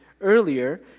earlier